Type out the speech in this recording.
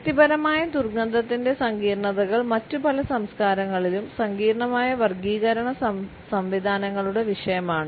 വ്യക്തിപരമായ ദുർഗന്ധത്തിന്റെ സങ്കീർണതകൾ മറ്റ് പല സംസ്കാരങ്ങളിലും സങ്കീർണ്ണമായ വർഗ്ഗീകരണ സംവിധാനങ്ങളുടെ വിഷയമാണ്